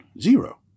Zero